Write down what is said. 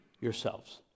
yourselves